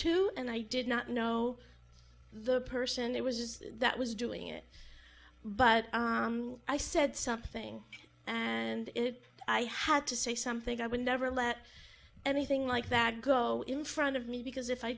to and i did not know the person it was that was doing it but i said something and i had to say something i would never let anything like that go in front of me because if i